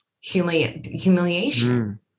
humiliation